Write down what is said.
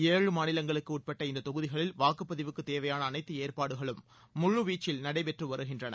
ஏழு மாநிலங்களுக்கு உட்பட்ட இந்த தொகுதிகளில் வாக்குப்பதிவுக்குத் தேவையான அனைத்து ஏற்பாடுகளும் முழுவீச்சில் நடைபெற்று வருகின்றன